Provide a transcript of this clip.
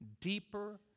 deeper